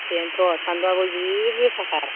बेनोथ' सान्दुंआबो जि गोसाथार